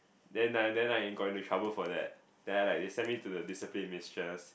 then I then I got into trouble for that then I like they send me to the discipline mistress